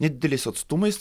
nedideliais atstumais